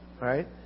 Right